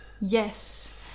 yes